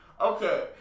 Okay